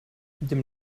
dem